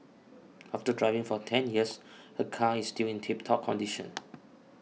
after driving for ten years her car is still in tip top condition